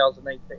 2018